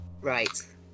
Right